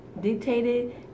dictated